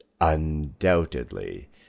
Undoubtedly